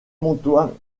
montois